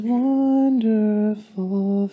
wonderful